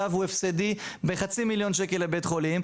והוא הפסדי בחצי מיליון שקל לבית החולים,